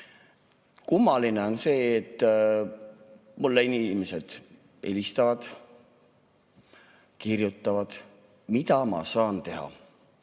Kummaline on see, et mulle inimesed helistavad ja kirjutavad: "Mida ma saan teha?"